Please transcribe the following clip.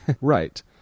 Right